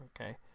okay